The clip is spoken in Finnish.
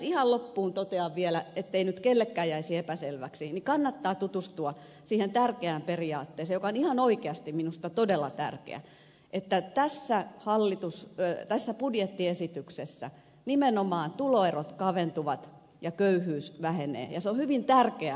ihan loppuun totean vielä ettei nyt kellekään jäisi epäselväksi että kannattaa tutustua siihen tärkeään periaatteeseen joka on ihan oikeasti minusta todella tärkeä että tässä budjettiesityksessä nimenomaan tuloerot kaventuvat ja köyhyys vähenee ja se on hyvin tärkeä arvovalinta